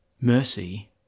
Mercy